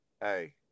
hey